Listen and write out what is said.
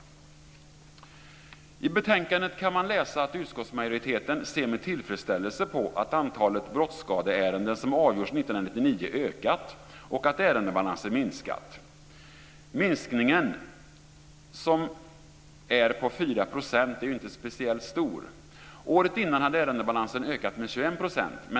I betänkandet kan man läsa att utskottsmajoriteten ser med tillfredsställelse på att antalet brottsskadeärenden som avgjorts år 1999 ökat och att ärendebalansen minskat. Minskningen på 4 % är inte speciellt stor. Året innan hade ärendebalansen ökat med 21 %.